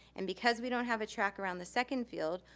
and because we don't have a track around the second field,